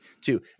two